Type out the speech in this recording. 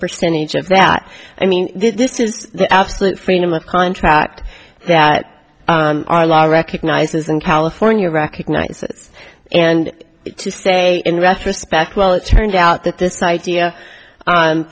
percentage of that i mean this is the absolute freedom of contract that our law recognizes in california recognizes and to say in retrospect well it turned out that this idea